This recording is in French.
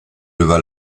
leva